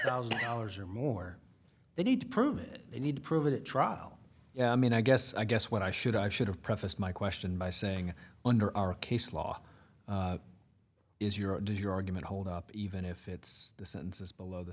thousand dollars or more they need to prove it they need to prove it trial yeah i mean i guess i guess what i should i should have prefaced my question by saying under our case law is your does your argument hold up even if it's the sentence is below the